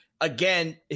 Again